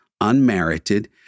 unmerited